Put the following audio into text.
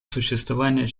существование